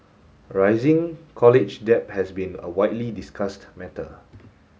rising college debt has been a widely discussed matter